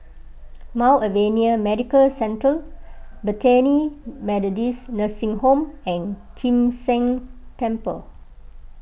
Mount Alvernia Medical Centre Bethany Methodist Nursing Home and Kim San Temple